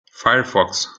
firefox